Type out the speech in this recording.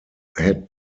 had